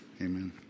Amen